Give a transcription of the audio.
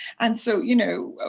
and so you know,